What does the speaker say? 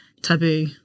taboo